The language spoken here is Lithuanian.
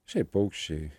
šiaip paukščiai